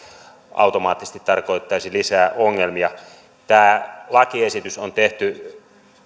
automaattisesti tarkoittaisi lisää ongelmia tämä lakiesitys on tehty